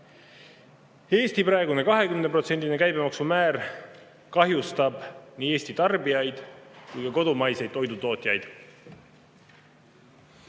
Eesti praegune 20%‑line käibemaksumäär kahjustab nii Eesti tarbijaid kui ka kodumaiseid toidutootjaid. Ravimitega